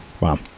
Wow